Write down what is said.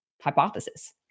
hypothesis